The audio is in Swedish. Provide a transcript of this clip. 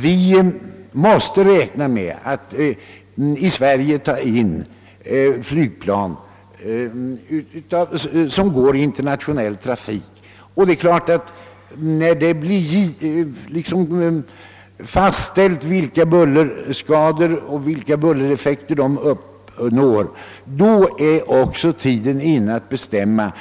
Vi måste räkna med att ta in flygplan som Sår i internationell trafik, och först när det fastställts vilka bullereffekter och bullerskador dessa förorsakar är tiden inne att bestämma